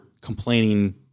complaining